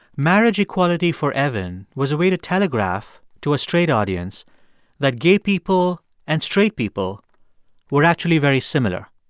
marriage equality, for evan, was a way to telegraph to a straight audience that gay people and straight people were actually very similar.